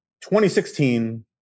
2016